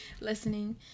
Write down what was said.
listening